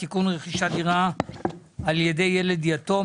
(תיקון רכישת דירה על ידי ילד יתום),